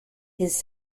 his